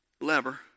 lever